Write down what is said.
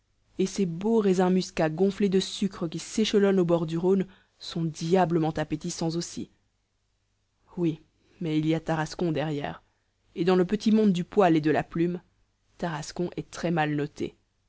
et ces beaux raisins muscats gonflés de sucre qui s'échelonnent an bord du rhône sont diablement appétissants aussi oui mais il y a tarascon derrière et dans le petit monde du poil et de la plume tarascon est très mal noté